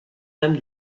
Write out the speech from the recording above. dame